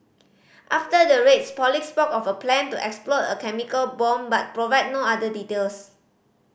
after the raids police spoke of a plan to explode a chemical bomb but provided no other details